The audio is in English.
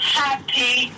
happy